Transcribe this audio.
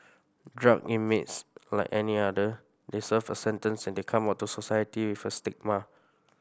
drug inmates like any other they serve a sentence and they come out to society with a stigma